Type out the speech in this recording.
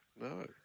No